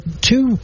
two